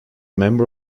member